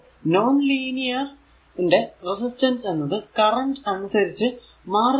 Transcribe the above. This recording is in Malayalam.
അപ്പോൾ നോൺ ലീനിയർ ന്റെ റെസിസ്റ്റൻസ് എന്നത് കറന്റ് അനുസരിച്ചു മാറുന്നതാണ്